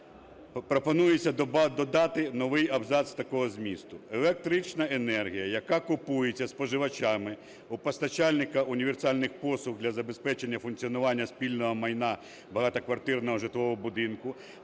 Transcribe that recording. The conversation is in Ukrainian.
Пропонується додати новий абзац такого змісту: "Електрична енергія, яка купується споживачами у постачальника універсальних послуг для забезпечення функціонування спільного майна багатоквартирного житлового будинку